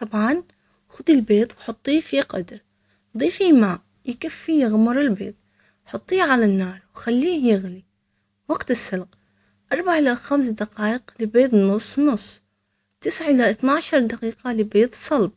طبعا خذي البيض وحطي في قدر ضيفي ماء يكفي يغمر البيض، حطيه على النار وخليه يغلي وقت السلق أربع ل خمس دقايق لبيض نص نص تسعة الى اثنى عشر دقيقة لبيض صلببعد